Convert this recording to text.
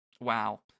Wow